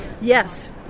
Yes